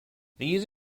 these